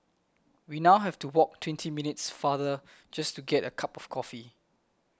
we now have to walk twenty minutes farther just to get a cup of coffee